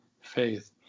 faith